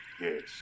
Yes